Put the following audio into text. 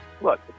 look